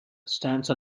stance